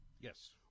Yes